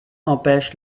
empêche